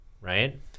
right